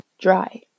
dry